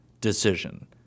decision